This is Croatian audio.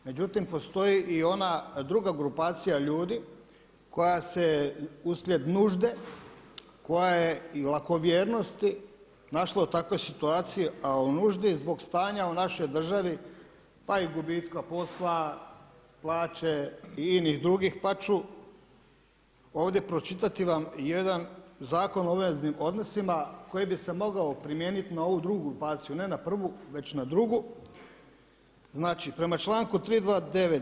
Međutim, postoji i ona druga grupacija ljudi koja se uslijed nužde i lakovjernosti našla u takvoj situaciji, a u nuždi zbog stanja u našoj državi pa i gubitka posla, plaće i inih drugih pa ću ovdje pročitati vam jedan Zakon o obveznim odnosima koji bi se mogao primijeniti na ovu drugu grupaciju ne na prvu već na drugu, znači prema članku 329.